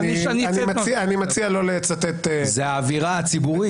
אני מציע לא לצטט -- זאת האווירה הציבורית